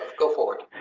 go forward